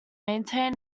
maintain